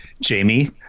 Jamie